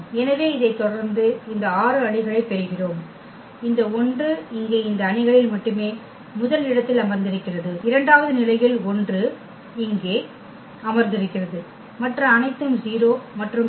எனவே இதைத் தொடர்ந்து இந்த 6 அணிகளை பெறுகிறோம் இந்த 1 இங்கே இந்த அணிகளில் மட்டுமே முதல் இடத்தில் அமர்ந்திருக்கிறது இரண்டாவது நிலையில் 1 இங்கே அமர்ந்திருக்கிறது மற்ற அனைத்தும் 0 மற்றும் பல